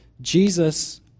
Jesus